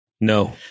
No